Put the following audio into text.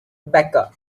becca